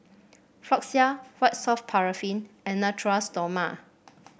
Floxia White Soft Paraffin and Natura Stoma